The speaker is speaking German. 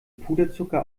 puderzucker